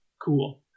Cool